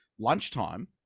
lunchtime